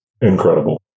Incredible